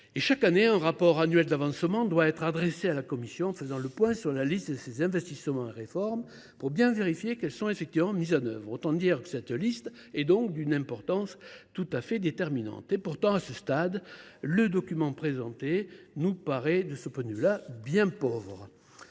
Chaque année, un rapport annuel d’avancement doit être adressé à la Commission européenne pour faire le point sur la liste de ces investissements et réformes et vérifier qu’elles sont mises en œuvre. Autant dire que cette liste est d’une importance déterminante. Pourtant, à ce stade, le document présenté nous paraît bien pauvre…